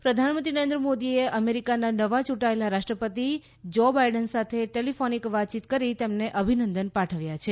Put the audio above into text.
Biden પ્રધાનમંત્રી નરેન્દ્ર મોદીએ અમેરીકાના નવા યુંટાયેલા રાષ્ટ્રપતિ જો બાઇડન સાથે ટેલીફોનીક વાતચીત કરી તેમને અભિનંદન પાઠવ્યા છે